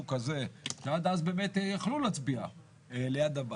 שעד אז יכלו להצביע ליד הבית.